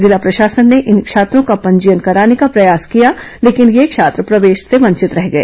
जिला प्रशासन ने इन छात्रो का पंजीयन कराने का प्रयास किया लेकिन ये छात्र प्रवेश से वंचित रह गए